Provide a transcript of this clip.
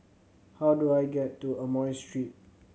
how do I get to Amoy Street